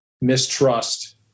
mistrust